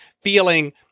feeling